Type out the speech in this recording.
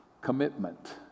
commitment